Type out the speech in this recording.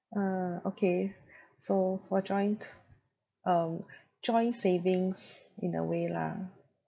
ah okay so for joint uh joint savings in a way lah